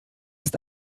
ist